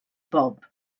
bob